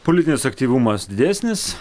politinis aktyvumas didesnis